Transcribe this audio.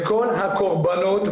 בכל הקורבנות,